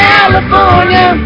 California